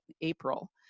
April